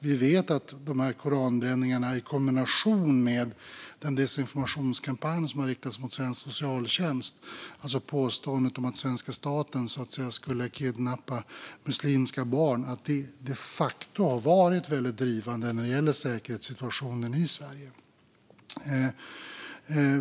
Vi vet att dessa koranbränningar i kombination med den desinformationskampanj som har riktats mot svensk socialtjänst, där det påstås att svenska staten skulle kidnappa muslimska barn, de facto har varit väldigt drivande när det gäller säkerhetssituationen i Sverige.